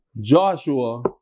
Joshua